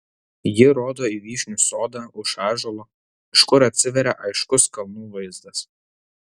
ji rodo į vyšnių sodą už ąžuolo iš kur atsiveria aiškus kalnų vaizdas